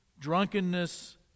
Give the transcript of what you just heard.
drunkenness